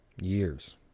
Years